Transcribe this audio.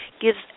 gives